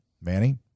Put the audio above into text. Manny